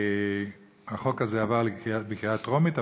החוק הזה עבר בקריאה טרומית,